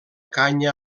canya